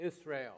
Israel